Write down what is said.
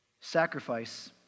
Sacrifice